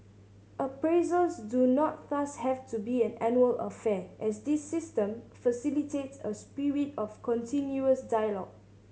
appraisals do not thus have to be an annual affair as this system facilitate a spirit of continuous dialogue